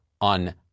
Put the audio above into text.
on